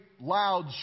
loud